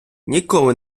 ніколи